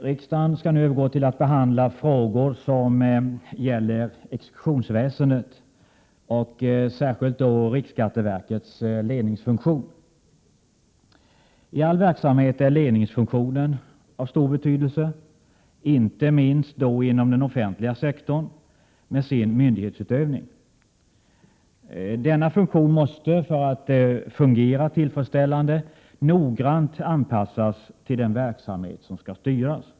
Herr talman! Riksdagen skall nu behandla frågor som gäller exekutionsväsendet och särskilt riksskatteverkets ledningsfunktion. I all verksamhet är ledningsfunktionen av stor betydelse och då inte minst inom den offentliga sektorn med sin myndighetsutövning. Denna funktion måste för att fungera tillfredsställande, noggrant anpassas till den verksamhet som skall styras.